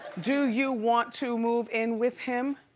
do you want to move in with him?